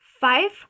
five